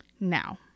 Now